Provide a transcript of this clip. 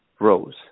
rose